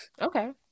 Okay